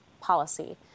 policy